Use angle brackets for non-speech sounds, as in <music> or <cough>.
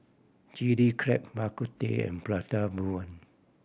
Chilli Crab Bak Kut Teh and prata <unintelligible>